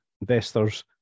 investors